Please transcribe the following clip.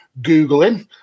googling